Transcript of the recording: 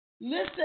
Listen